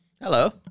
Hello